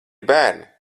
bērni